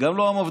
וגם לא המפד"ל.